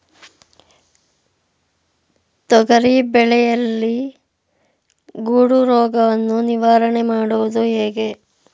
ತೊಗರಿ ಬೆಳೆಯಲ್ಲಿ ಗೊಡ್ಡು ರೋಗವನ್ನು ನಿವಾರಣೆ ಮಾಡುವುದು ಹೇಗೆ?